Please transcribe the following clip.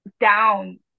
down